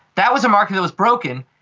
that was a market that was broken.